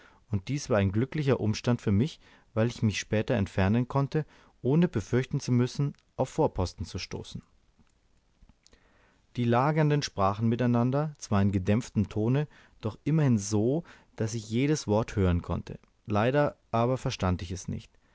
und dies war ein glücklicher umstand für mich weil ich mich später entfernen konnte ohne befürchten zu müssen auf vorposten zu stoßen die lagernden sprachen miteinander zwar in gedämpftem tone doch immerhin so daß ich jedes wort hören konnte leider aber verstand ich es nicht